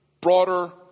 broader